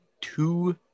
two